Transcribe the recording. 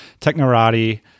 Technorati